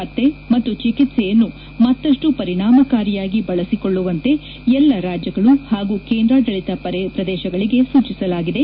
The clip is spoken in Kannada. ಪತ್ತೆ ಮತ್ತು ಚಿಕಿತ್ಸೆಯನ್ನು ಮತ್ತಪ್ಲು ಪರಿಣಾಮಕಾರಿಯಾಗಿ ಬಳಸಿಕೊಳ್ಳುವಂತೆ ಎಲ್ಲ ರಾಜ್ಗಳು ಹಾಗೂ ಕೇಂದ್ರಾಡಳಿತ ಪ್ರದೇಶಗಳಿಗೆ ಸೂಚಿಲಾಗಿದೆ